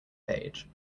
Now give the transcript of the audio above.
page